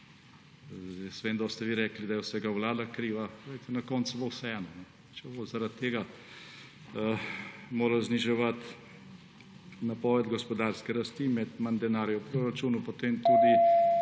da boste vi rekli, da je vsega vlada kriva. Poglejte, na koncu bo vseeno. Če bomo zaradi tega morali zniževati napoved gospodarske rasti, imeti manj denarja v proračunu, potem tudi